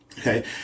Okay